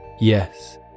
Yes